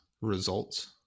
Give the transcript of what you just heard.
results